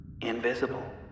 invisible